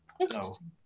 Interesting